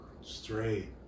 Straight